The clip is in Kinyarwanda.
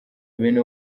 bene